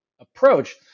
approach